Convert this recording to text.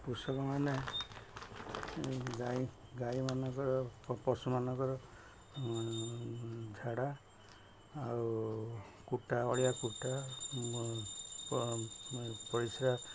କୃଷକମାନେ ଗାଈ ଗାଈମାନଙ୍କର ପଶୁମାନଙ୍କର ଝାଡ଼ା ଆଉ କୁଟା ଅଳିଆ କୁଟା ପରିଶ୍ରା